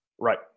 Right